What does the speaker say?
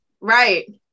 Right